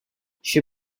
she